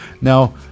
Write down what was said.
Now